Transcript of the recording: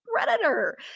predator